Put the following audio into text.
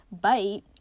bite